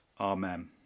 Amen